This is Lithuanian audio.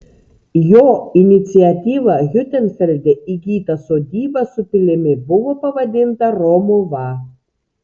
jo iniciatyva hiutenfelde įgyta sodyba su pilimi buvo pavadinta romuva